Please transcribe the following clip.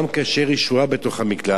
גם כאשר היא שוהה בתוך המקלט.